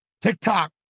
TikTok